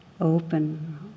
open